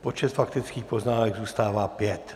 Počet faktických poznámek zůstává pět.